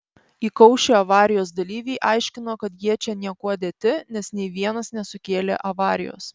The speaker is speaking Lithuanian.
įkaušę avarijos dalyviai aiškino kad jie čia niekuo dėti nes nei vienas nesukėlė avarijos